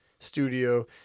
Studio